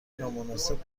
نامناسب